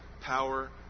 power